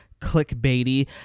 clickbaity